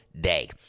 day